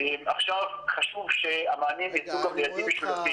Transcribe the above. אז חשוב שהמענים לילדי החינוך המיוחד יהיו מוחרגים.